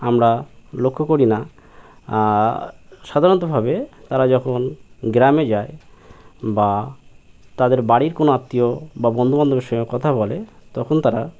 আমরা লক্ষ্য করি না সাধারণতভাবে তারা যখন গ্রামে যায় বা তাদের বাড়ির কোনো আত্মীয় বা বন্ধুবান্ধবের সঙ্গে কথা বলে তখন তারা